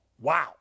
Wow